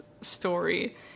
story